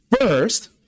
First